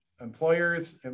Employers